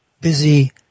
busy